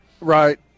Right